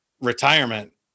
retirement